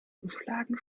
beschlagen